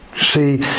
See